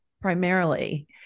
primarily